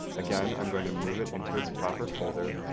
again, i'm going to move it into it's proper folder.